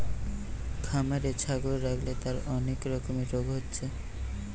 খামারে ছাগল রাখলে তার অনেক রকমের রোগ হচ্ছে